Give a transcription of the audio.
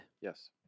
Yes